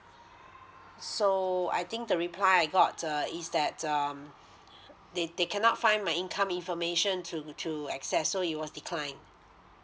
so I think the reply I got uh is that um they they cannot find my income information to to access so it was declined